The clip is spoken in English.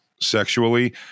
sexually